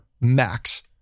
max